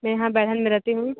मैं यहाँ बेरहन में रहती हूँ